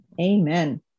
amen